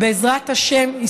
בעזרת השם,